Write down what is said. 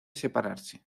separarse